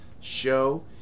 show